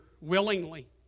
willingly